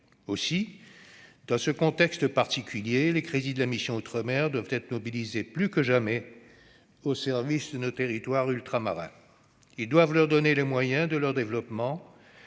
Aussi, dans ce contexte particulier, les crédits de la mission « Outre-mer » doivent être mobilisés plus que jamais au service de nos territoires ultramarins. Il s'agit de donner à ces territoires les moyens de leur développement